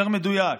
יותר מדויק: